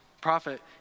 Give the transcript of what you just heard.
prophet